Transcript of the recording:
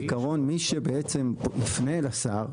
בעיקר מי שבעצם יפנה אל השר,